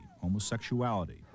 homosexuality